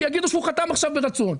כי יגידו שהוא חתם עכשיו ברצון.